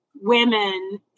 women